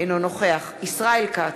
אינו נוכח ישראל כץ,